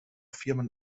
firmen